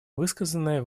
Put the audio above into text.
высказанные